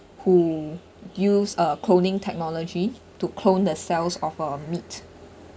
who use a cloning technology to clone the cells of a meat